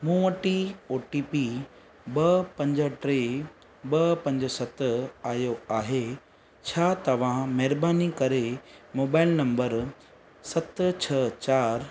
मूं वटि ई ओ टी पी ॿ पंज टे ॿ पंज सत आहियो आहे छा तव्हां महिरबानी करे मोबाइल नंबर सत छह चारि